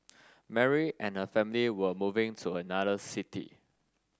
Mary and her family were moving to another city